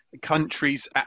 countries